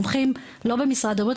מומחים לא במשרד הבריאות,